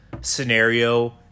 scenario